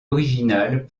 originales